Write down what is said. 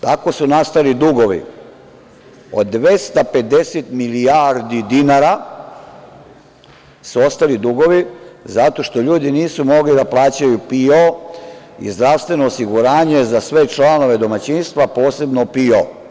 Tako su nastali dugovi od 250 milijardi dinara zato što ljudi nisu mogli da plaćaju PIO i zdravstveno osiguranje sve članove domaćinstva, posebno PIO.